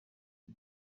uyu